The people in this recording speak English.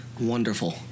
wonderful